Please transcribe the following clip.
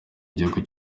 gihugu